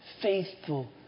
faithful